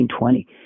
1920